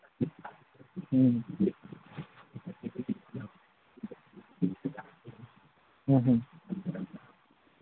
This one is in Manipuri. ꯎꯝ ꯎꯝ ꯎꯝ